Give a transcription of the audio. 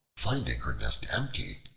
finding her nest empty,